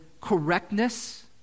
correctness